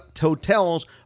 hotels